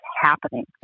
happening